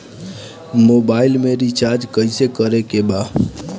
Mobile में recharge कइसे करे के बा?